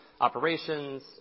operations